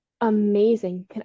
Amazing